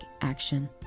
action